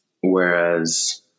Whereas